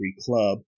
club